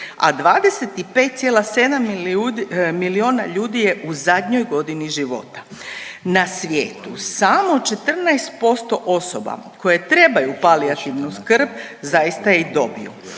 a 25,7 milijuna ljudi je u zadnjoj godini života. Na svijetu samo 14% osoba koje trebaju palijativnu skrb zaista je i dobiju.